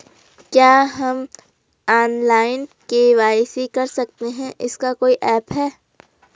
क्या हम online KYC कर सकते हैं इसका कोई ऐप है?